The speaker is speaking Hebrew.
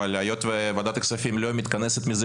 אבל היות שוועדת הכספים לא מתכנסת מזה